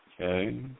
Okay